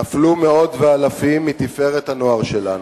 נפלו מאות ואלפים מתפארת הנוער שלנו,